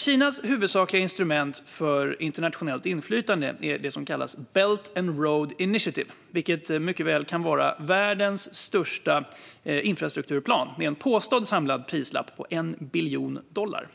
Kinas huvudsakliga instrument för internationellt inflytande är det som kallas Belt and Road Initiative, vilket mycket väl kan vara världens största infrastrukturplan med en påstådd samlad prislapp på 1 biljon dollar.